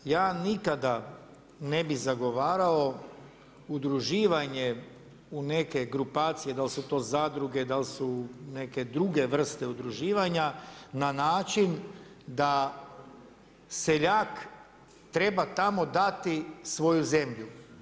Ja nikada ne bi zagovarao udruživanje u neke grupacije, dal su to zadruge, dal su neke druge vrste udruživanja, na način da seljak treba tamo dati svoju zemlju.